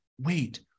wait